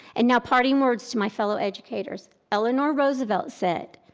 and now parting words to my fellow educators. eleanor roosevelt said,